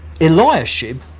Eliashib